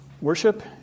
Worship